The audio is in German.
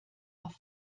auf